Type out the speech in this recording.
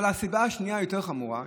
אבל הסיבה השנייה יותר חמורה.